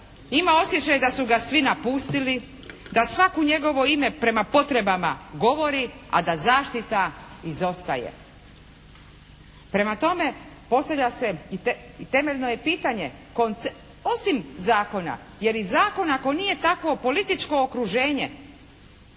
ima osjećaj da su ga svi napustili, da svako njegovo ime prema potrebama govori a da zaštita izostaje. Prema tome, postavlja je i temeljno je pitanje osim zakona jer i zakon ako nije takvo političko okruženje